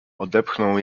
odepchnął